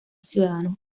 ciudadanos